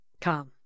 come